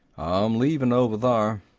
i'm leaving over there,